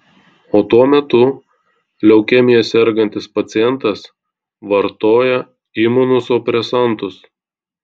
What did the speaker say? o tuo metu leukemija sergantis pacientas vartoja imunosupresantus